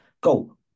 Go